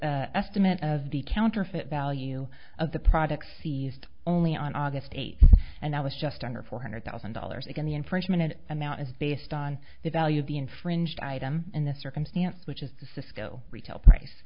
was estimate of the counterfeit value of the products seized only on august eighth and i was just under four hundred thousand dollars again the infringement and amount is based on the value of the infringed item in this circumstance which is the cisco retail price